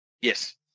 Yes